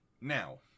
Now